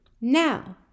Now